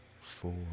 four